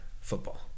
football